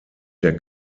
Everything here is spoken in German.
der